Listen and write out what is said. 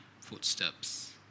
footsteps